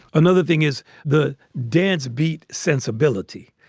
another thing is the dance beat sensibility,